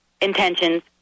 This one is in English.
intentions